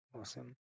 Awesome